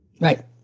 Right